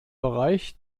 bereich